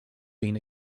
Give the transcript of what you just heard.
been